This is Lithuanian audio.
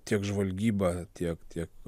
tiek žvalgyba tiek tiek